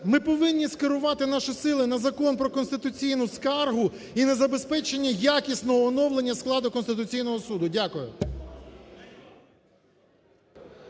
Ми повинні скерувати наші сили на Закон про конституційну скаргу і на забезпечення якісного оновлення складу Конституційного Суду. Дякую.